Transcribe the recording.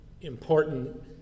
important